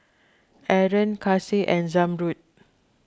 Aaron Kasih and Zamrud